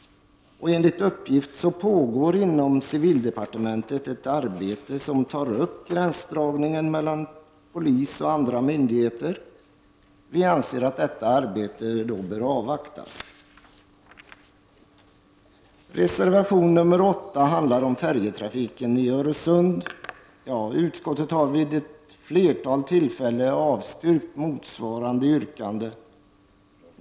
Enligt uppgift pågår inom civildempartementet ett arbete som tar upp gränsdragningen mellan polis och andra myndigheter. Detta arbetet bör avvaktas. Reservation nr 8 handlar om färjetrafiken i Öresund. Utskottet har vid flera tillfällen avstyrkt motsvarande yrkanden.